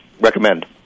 recommend